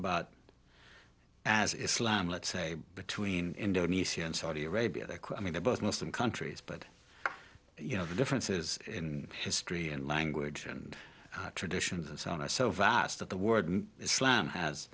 about as islam let's say between indonesia and saudi arabia they're quite mean they're both muslim countries but you know the differences in history and language and traditions and so on i so vast that the word islam has